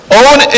own